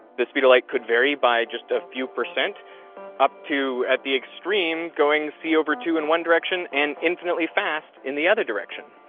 the speed of light could vary by just a few percent up to at the extreme, going c over two in one direction and infinitely fast in the other direction.